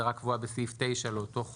ההגדרה קבועה בסעיף 9 לאותו חוק: